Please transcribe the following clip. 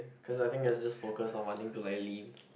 cause I think it was just focused on wanting to like leave